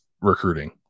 recruiting